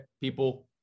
people